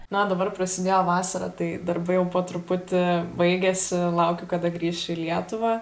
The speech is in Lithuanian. na dabar prasidėjo vasara tai darbai jau po truputį baigiasi laukiu kada grįšiu į lietuvą